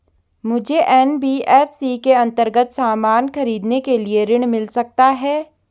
मुझे एन.बी.एफ.सी के अन्तर्गत सामान खरीदने के लिए ऋण मिल सकता है?